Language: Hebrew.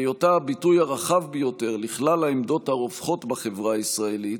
בהיותה הביטוי הרחב ביותר לכלל העמדות הרווחות בחברה הישראלית,